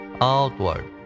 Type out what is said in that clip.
outward